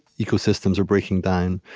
ecosystems are breaking down.